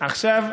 עכשיו,